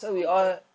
cool apa